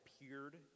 appeared